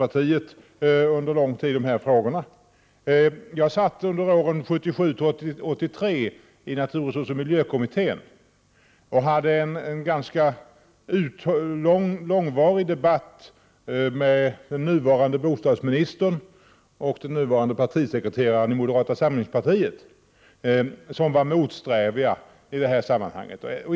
Jag satt under åren 1977-1983 i naturresursoch miljökommittén och hade en ganska långvarig debatt med nuvarande bostadsministern och nuvarande partisekreteraren i moderata samlingspartiet, som var motsträviga i det här sammanhanget.